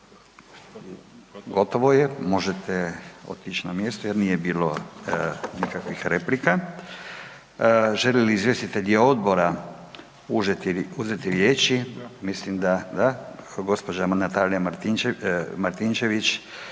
Gotovo je. Možete otići na mjesto jer nije bilo nikakvih replika. Želi li izvjestitelji odbora uzeti riječi? Mislim da da. Gđa. Natalija Martinčević,